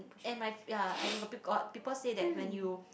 and my ya and if got people say that when you